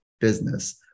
business